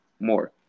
more